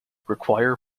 require